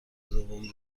دوم